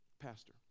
pastor